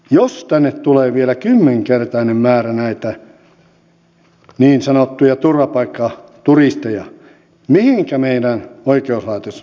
jos tänne tulee vielä kymmenkertainen määrä näitä niin sanottuja turvapaikkaturisteja mihinkä meidän oikeuslaitoksemme joutuu